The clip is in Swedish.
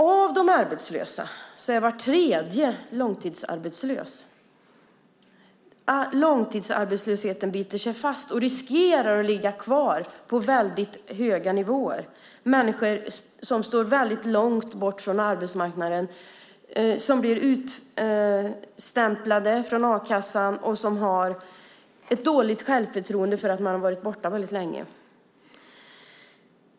Av de arbetslösa är var tredje långtidsarbetslös. Långtidsarbetslösheten biter sig fast och riskerar att ligga kvar på väldigt höga nivåer. Många människor står långt bort från arbetsmarknaden, blir utstämplade från a-kassan och har ett dåligt självförtroende därför att de har varit borta väldigt länge.